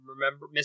remember